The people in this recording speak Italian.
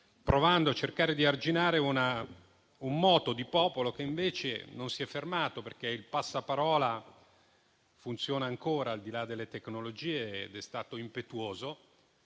provando a cercare di arginare un moto di popolo che invece non si è fermato, perché il passaparola funziona ancora, al di là delle tecnologie, ed è stato impetuoso,